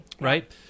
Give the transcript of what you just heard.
right